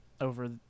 over